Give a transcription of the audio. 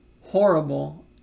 horrible